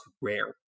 rare